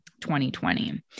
2020